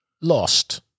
lost